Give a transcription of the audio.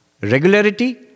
Regularity